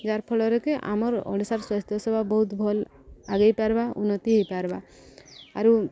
ଯାର୍ଫଳରେ କି ଆମର ଓଡ଼ିଶାର ସ୍ୱାସ୍ଥ୍ୟ ସେବା ବହୁତ ଭଲ୍ ଆଗେଇ ପାର୍ବା ଉନ୍ନତି ହେଇପାର୍ବା ଆରୁ